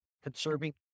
Conserving